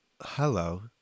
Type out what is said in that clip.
Hello